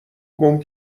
باز